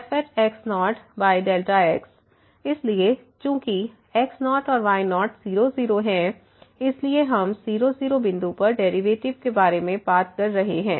इसलिए चूंकि x0 और y0 0 0हैं इसलिए हम 0 0 बिंदु पर डेरिवेटिव के बारे में बात कर रहे हैं